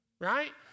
right